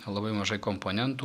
labai mažai komponentų